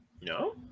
No